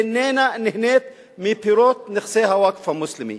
איננה נהנית מפירות נכסי הווקף המוסלמי.